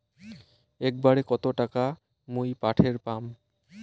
একবারে কত টাকা মুই পাঠের পাম?